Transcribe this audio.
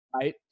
right